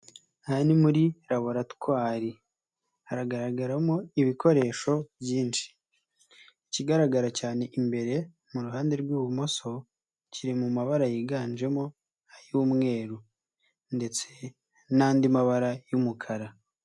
Aha ni muri laboratwari. Haragaragaramo ibikoresho byinshi. Ikigaragara cyane imbere mu ruhande rw'ibumoso kiri mu mabara yiganjemo ay'umweru ndetse n'andi mabara y'umukara.